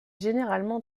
généralement